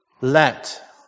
Let